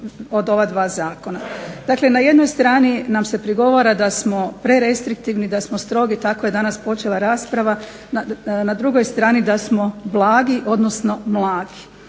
Dakle, na jednoj strani nam se prigovara da smo prerestriktivni, da smo strogi, tako je danas počela rasprava, na drugoj strani da smo blagi, odnosno mlaki.